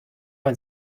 man